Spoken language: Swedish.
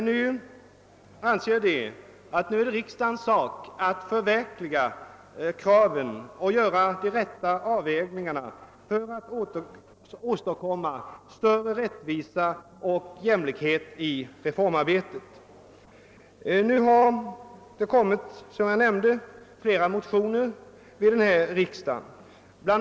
Nu anser många att det är riksdagens sak att infria löftena och göra de rätta avvägningarna för att åstadkomma större rättvisa och jämlikhet i reformarbetet. Som jag nämnde har det vid denna riksdag väckts flera motioner i frågan. Bl.